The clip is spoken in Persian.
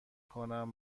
کنم